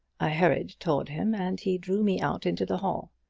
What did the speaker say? i hurried toward him and he drew me out into the hall.